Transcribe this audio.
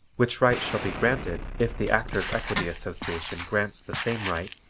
which right shall be granted if the actors' equity association grants the same right,